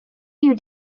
you